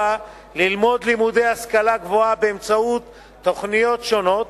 ללמוד לימודי השכלה גבוהה באמצעות תוכניות שונות,